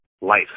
life